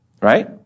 right